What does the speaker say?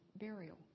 burial